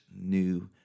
new